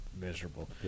miserable